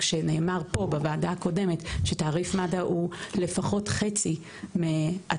כשנאמר כאן בדיון הקודם של הוועדה שתעריף מד"א הוא לפחות חצי מהתעריף